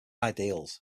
ideals